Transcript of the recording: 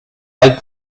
like